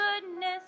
goodness